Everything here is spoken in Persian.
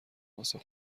واسه